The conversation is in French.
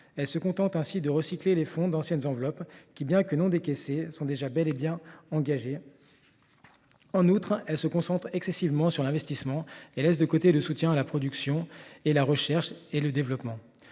Elle se contente ainsi de recycler les fonds d’anciennes enveloppes, qui, bien que non décaissés, sont déjà bel et bien engagés. En outre, elle se concentre excessivement sur l’investissement et laisse de côté le soutien à la production ainsi qu’à la recherche et au développement,